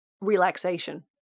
relaxation